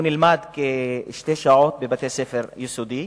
הוא נלמד כשתי שעות בבית-ספר יסודי,